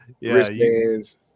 wristbands